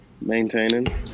maintaining